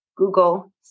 Google